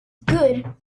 good